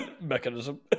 mechanism